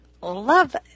love